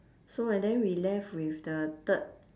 so and then we left with the third